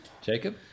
Jacob